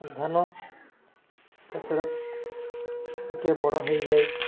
ଧାନ କେତେବେଳେ ଟିକେ ବଡ଼ ହେଇଯାଏ